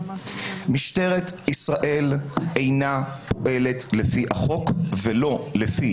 משטרת ישראל אינה פועלת לפי החוק ולא לפי